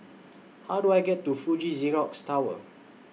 How Do I get to Fuji Xerox Tower